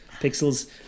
pixels